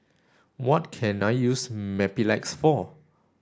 what can I use Mepilex for